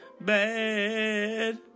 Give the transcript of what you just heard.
Bad